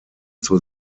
zur